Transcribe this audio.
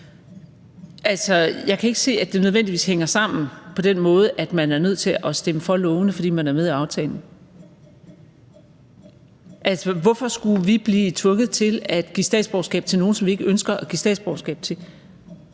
Altså, jeg kan ikke se, at det nødvendigvis hænger sammen på den måde, at man er nødt til at stemme for lovforslagene, fordi man er med i aftalen. Hvorfor skulle vi blive tvunget til at give statsborgerskab til nogle, som vi ikke ønsker at give statsborgerskab til,